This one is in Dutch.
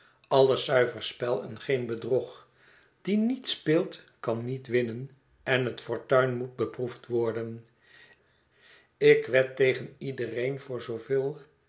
alles zuiver spel en geen bedrog die niet speelt kan niet winnen en het fortuin moet beproefd worden ik wed tegen iedereen voor zooveel